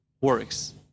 works